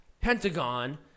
Pentagon